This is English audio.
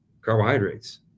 carbohydrates